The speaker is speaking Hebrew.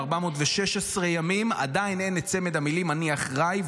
416 ימים עדיין אין את צמד המילים "אני אחראי",